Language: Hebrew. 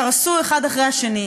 קרסו אחד אחרי השני.